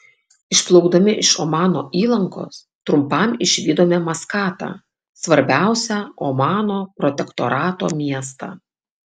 išplaukdami iš omano įlankos trumpam išvydome maskatą svarbiausią omano protektorato miestą